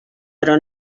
però